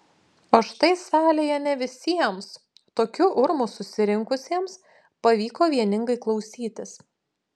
o štai salėje ne visiems tokiu urmu susirinkusiems pavyko vieningai klausytis